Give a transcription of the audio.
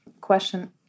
question